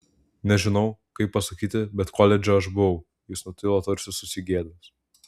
nežinau kaip pasakyti bet koledže aš buvau jis nutilo tarsi susigėdęs